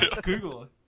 Google